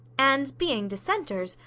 and being dissenters,